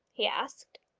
he asked.